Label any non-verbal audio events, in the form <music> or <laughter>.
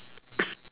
mm <coughs>